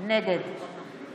נגד